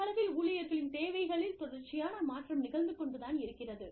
உலகளவில் ஊழியர்களின் தேவைகளில் தொடர்ச்சியான மாற்றம் நிகழ்ந்து கொண்டு தான் இருக்கிறது